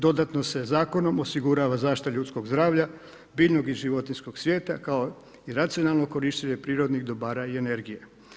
Dodatno se zakonom osigurava zaštita ljudskog zdravlja, biljnog i životinjskog svijeta, kao i racionalnog korištenje prirodnih dobara i energije.